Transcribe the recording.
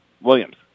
Williams